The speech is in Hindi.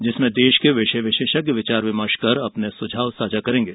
जिसमें देश के विषय विशेषज्ञ विचार विमर्श कर अपने सुझाव सांझा करेंगे